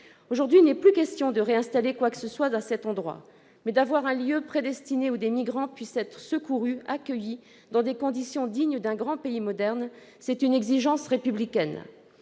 Aujourd'hui, il n'est plus question de réinstaller quoi que ce soit à cet endroit, mais d'aménager un lieu dédié, où des migrants puissent être secourus et accueillis dans des conditions dignes d'un grand pays moderne. C'est une exigence républicaine.